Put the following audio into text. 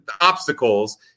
obstacles